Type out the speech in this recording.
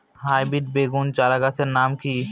Hybrid বেগুন চারাগাছের নাম কি?